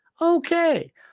Okay